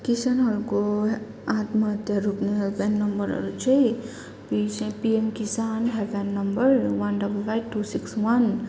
किसानहरूको आत्महत्या रोक्ने हेल्पलाइन नम्बरहरू चाहिँ किस PM Kisan helpline number one double five two six one